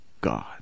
God